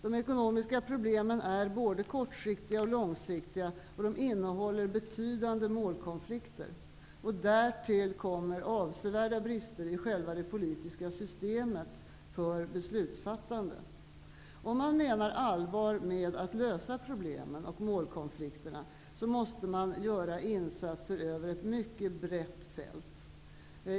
De ekonomiska problemen är både kortsiktiga och långsiktiga, och de innehåller betydande målkonflikter. Därtill kommer det avsevärda brister i själva det politiska systemet för beslutsfattandet. Om man menar allvar med att lösa problemen och målkonflikterna måste man göra insatser över ett mycket brett fält.